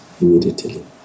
immediately